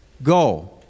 Go